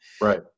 Right